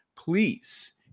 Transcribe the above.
Please